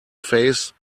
face